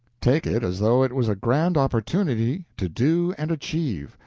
take it as though it was a grand opportunity to do and achieve,